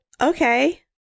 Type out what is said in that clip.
Okay